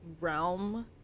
realm